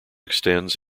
extends